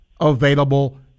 available